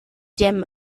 them